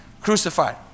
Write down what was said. crucified